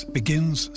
begins